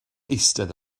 eistedd